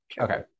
Okay